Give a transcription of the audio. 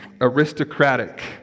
aristocratic